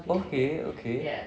okay okay